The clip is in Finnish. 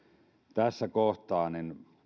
tässä kohtaa